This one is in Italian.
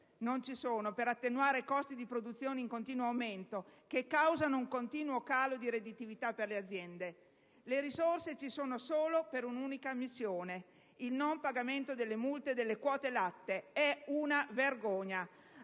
sono risorse per attenuare costi di produzione in continuo aumento, che causano un continuo calo di redditività per le aziende. Le risorse ci sono solo per un'unica missione: il non pagamento delle multe delle quote latte. È una vergogna!